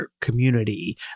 community